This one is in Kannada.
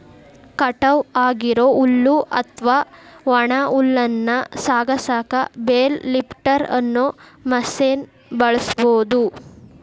ಕಟಾವ್ ಆಗಿರೋ ಹುಲ್ಲು ಅತ್ವಾ ಒಣ ಹುಲ್ಲನ್ನ ಸಾಗಸಾಕ ಬೇಲ್ ಲಿಫ್ಟರ್ ಅನ್ನೋ ಮಷೇನ್ ಬಳಸ್ಬಹುದು